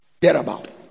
Thereabout